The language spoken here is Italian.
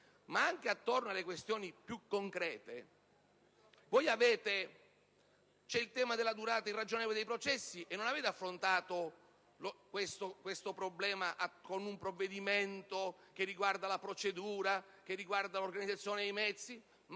Ma anche attorno alle questioni più concrete, come il tema della durata irragionevole dei processi, non avete affrontato il problema con un provvedimento relativo alla procedura, all'organizzazione dei mezzi,